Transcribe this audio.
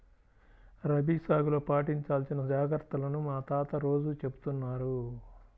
రబీ సాగులో పాటించాల్సిన జాగర్తలను మా తాత రోజూ చెబుతున్నారు